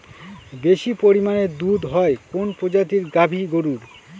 বেশি পরিমানে দুধ হয় কোন প্রজাতির গাভি গরুর?